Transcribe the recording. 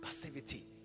passivity